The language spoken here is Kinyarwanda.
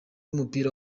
w’umupira